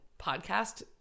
podcast